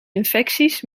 infecties